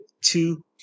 two